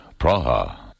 Praha